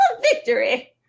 victory